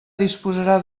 disposarà